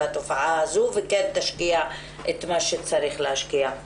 התופעה ותשקיע את מה שהיא צריכה להשקיע.